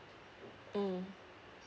mm